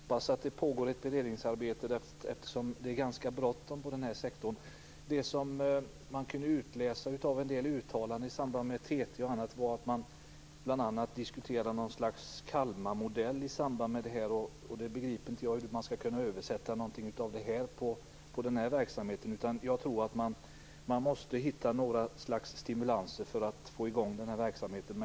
Herr talman! Vi får hoppas att det pågår ett beredningsarbete eftersom det är bråttom. Det som kunde utläsas i olika uttalanden i TT var att man bl.a. diskuterade något slags Kalmarmodell i samband härmed. Jag kan inte begripa hur man kan översätta något av den på den här verksamheten. Jag tror att man måste hitta annat slags stimulanser för att få i gång verksamheter.